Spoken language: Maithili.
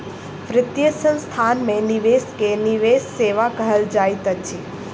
वित्तीय संस्थान में निवेश के निवेश सेवा कहल जाइत अछि